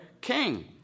king